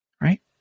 Right